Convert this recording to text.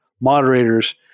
moderators